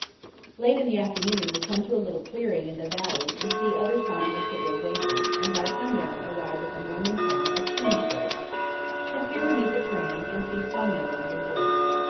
late in the afternoon we come to a little clearing in the valley and see other signs of civilization and by sundown arrive at the mormon town of schunesburg and here we meet the train, and feast on melons and grapes.